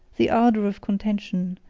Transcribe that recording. the ardor of contention,